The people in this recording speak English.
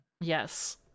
Yes